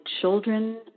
children